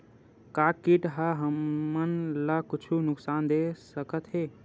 का कीट ह हमन ला कुछु नुकसान दे सकत हे?